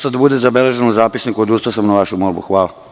Čisto da bude zabeleženo u zapisniku, odustao sam na vašu molbu.